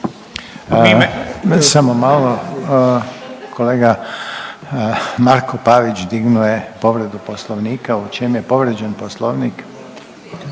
Samo malo. Kolega Marko Pavić dignuo je povredu Poslovnika, u čemu je povrijeđen Poslovnik?